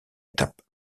étape